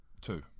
Two